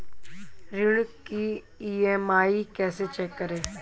ऋण की ई.एम.आई कैसे चेक करें?